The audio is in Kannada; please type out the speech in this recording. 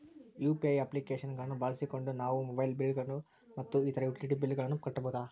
ಯು.ಪಿ.ಐ ಅಪ್ಲಿಕೇಶನ್ ಗಳನ್ನ ಬಳಸಿಕೊಂಡು ನಾವು ಮೊಬೈಲ್ ಬಿಲ್ ಗಳು ಮತ್ತು ಇತರ ಯುಟಿಲಿಟಿ ಬಿಲ್ ಗಳನ್ನ ಕಟ್ಟಬಹುದು